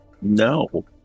No